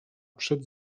przed